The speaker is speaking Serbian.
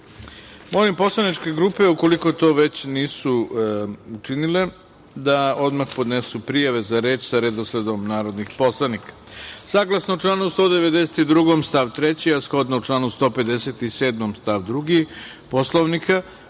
poslaničke grupe, ukoliko to već nisu učinile, da odmah podnesu prijave za reč sa redosledom narodnih poslanika. Saglasno članu 192. stav 3, a shodno članu 157. stav 2. Poslovnika,